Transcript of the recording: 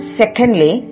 secondly